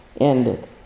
ended